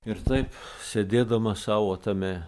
ir taip sėdėdama savo tame